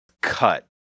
cut